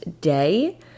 day